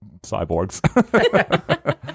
cyborgs